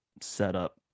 setup